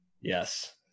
Yes